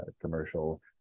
commercial